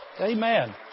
Amen